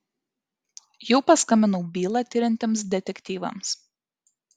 jau paskambinau bylą tiriantiems detektyvams